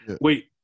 Wait